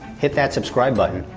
hit that subscribe button,